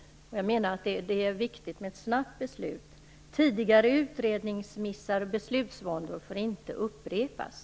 Jag menar att det är viktigt med ett snabbt beslut. Tidigare utredningsmissar och beslutsvåndor får inte upprepas.